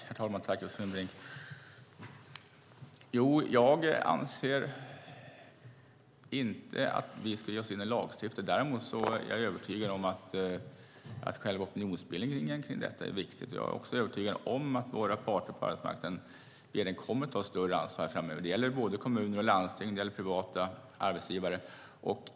Herr talman! Jag anser inte att vi ska ge oss in med lagstiftning. Däremot är jag övertygad om att själva opinionsbildningen kring detta är viktig. Jag är också övertygad om att våra parter på arbetsmarknaden kommer att ta större ansvar framöver. Det gäller både kommuner och landsting samt privata arbetsgivare.